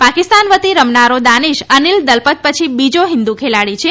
પાકિસ્તાન વતી રમનારો દાનિષ અનિલ દલપત પછી બીજો હિન્દુ ખેલાડી છે